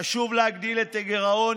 חשוב להגדיל את הגירעון,